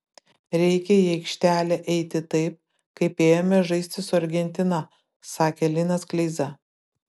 reikia į aikštelę eiti taip kaip ėjome žaisti su argentina sakė linas kleiza